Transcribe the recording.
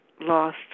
lost